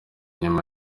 nyuma